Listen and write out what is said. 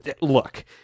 Look